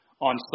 on